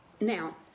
now